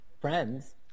friends